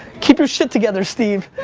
keep your shit together, steve.